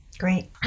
Great